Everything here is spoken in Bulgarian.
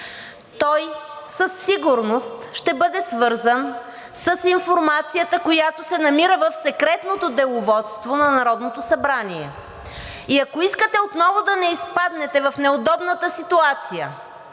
той със сигурност ще бъде свързан с информацията, която се намира в Секретното деловодство на Народното събрание. Ако искате отново да не изпаднете в неудобната ситуация